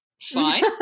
Fine